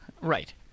Right